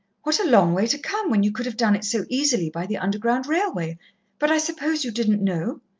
what a long way to come, when you could have done it so easily by the underground railway but i suppose you didn't know?